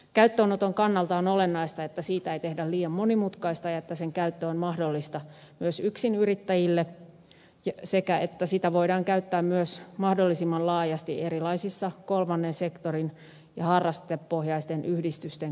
käyttöönoton kannalta on olennaista että siitä ei tehdä liian monimutkaista ja että sen käyttö on mahdollista myös yksinyrittäjille sekä että sitä voidaan käyttää myös mahdollisimman laajasti erilaisissa kolmannen sektorin ja harrastepohjaisten yhdistysten kulttuuritapahtumissa